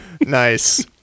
Nice